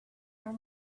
are